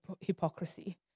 hypocrisy